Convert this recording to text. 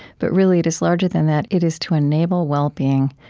but really it is larger than that. it is to enable well-being.